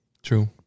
True